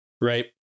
Right